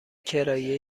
کرایه